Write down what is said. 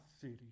city